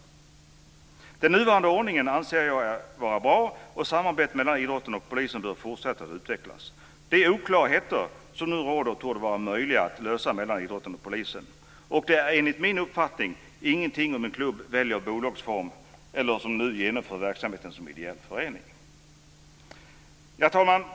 Jag anser att den nuvarande ordningen är bra, och samarbetet mellan idrotten och polisen bör fortsätta att utvecklas. De oklarheter som nu råder mellan idrotten och polisen torde vara möjliga reda ut. Detta har enligt min uppfattning inte att göra med om en klubb vill välja bolagsform för sin verksamhet eller som hittills genomför den som ideell förening. Fru talman!